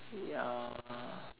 ya